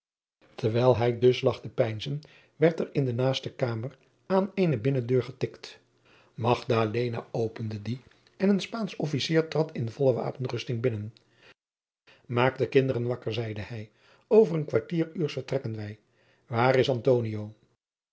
terwijl hij dus lag te peinzen werd er in de naaste kamer aan eene binnendeur getikt magdalena opende die en een spaansch officier trad in volle wapenrusting binnen maak de kinderen wakker zeide hij over een kwartier uurs vertrekken wij waar is